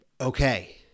Okay